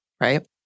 Right